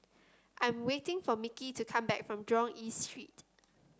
I'm waiting for Micky to come back from Jurong East Street